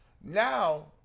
now